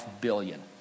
billion